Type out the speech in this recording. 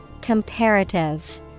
Comparative